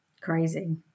Crazy